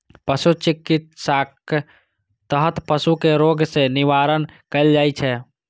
पशु चिकित्साक तहत पशु कें रोग सं निवारण कैल जाइ छै